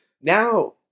Now